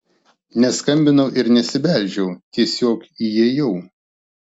neskambinau ir nesibeldžiau tiesiog įėjau